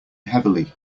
heavily